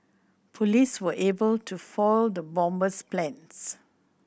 police were able to foil the bomber's plans